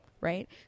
right